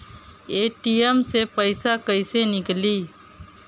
ATM से पइसा कइसे निकली?